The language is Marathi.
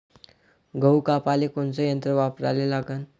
गहू कापाले कोनचं यंत्र वापराले लागन?